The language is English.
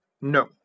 No